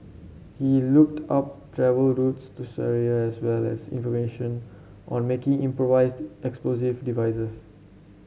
he looked up travel routes to Syria as well as information on making improvised explosive devices